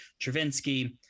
travinsky